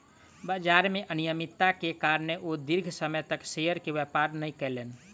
बजार में अनियमित्ता के कारणें ओ दीर्घ समय तक शेयर के व्यापार नै केलैन